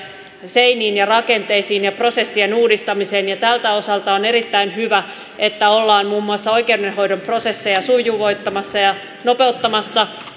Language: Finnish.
seiniin ja rakenteisiin ja prosessien uudistamiseen ja tältä osalta on erittäin hyvä että ollaan muun muassa oikeudenhoidon prosesseja sujuvoittamassa ja nopeuttamassa